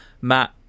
Matt